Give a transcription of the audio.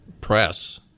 press